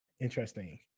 interesting